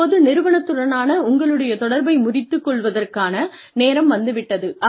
இப்போது நிறுவனத்துடனான உங்களுடைய தொடர்பை முறித்துக் கொள்வதற்கான நேரம் வந்து விட்டது